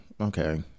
okay